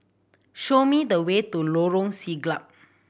show me the way to Lorong Siglap